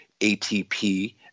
ATP